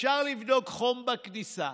אפשר לבדוק חום בכניסה,